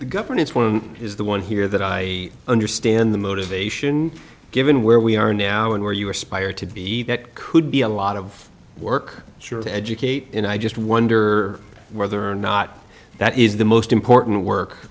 the governance one is the one here that i understand the motivation given where we are now and where you aspire to be that could be a lot of work sure to educate and i just wonder whether or not that is the most important work